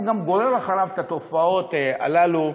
הוא גם גורר אחריו את התופעות האלה,